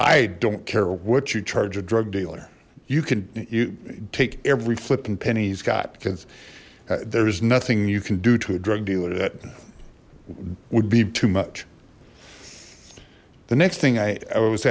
i don't care what you charge a drug dealer you can you take every flip and penny he's got because there is nothing you can do to a drug dealer that would be too much the next thing i was